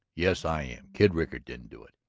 yes, i am. kid rickard didn't do it.